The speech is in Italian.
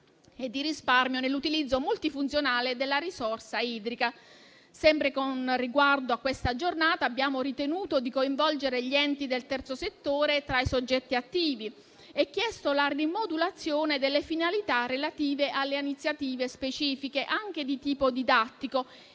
e di risparmio nell'utilizzo multifunzionale della risorsa idrica. Sempre con riguardo a questa giornata, abbiamo ritenuto di coinvolgere gli enti del terzo settore tra i soggetti attivi e chiesto la rimodulazione delle finalità relative alle iniziative specifiche, anche di tipo didattico,